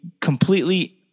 completely